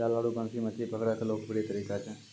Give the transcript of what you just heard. जाल आरो बंसी मछली पकड़ै के लोकप्रिय तरीका छै